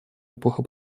эпоха